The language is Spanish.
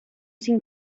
sin